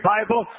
Bible